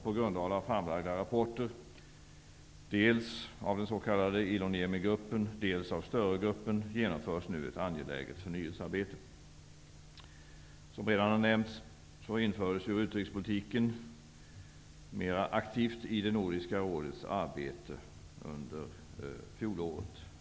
På grundval av framlagda rapporter -- dels av den s.k. genomförs nu ett angeläget förnyelsearbete. Som redan har nämnts infördes utrikespolitiken mer aktivt i Nordiska rådets arbete under fjolåret.